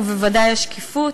ובוודאי השקיפות.